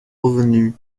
revenues